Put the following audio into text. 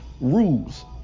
rules